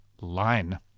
line